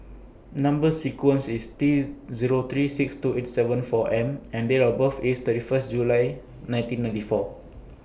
Number sequence IS T Zero three six two eight seven four M and Date of birth IS thirty First July nineteen ninety four